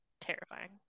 terrifying